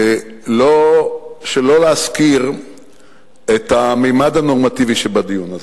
שלא להזכיר את הממד הנורמטיבי שבדיון הזה,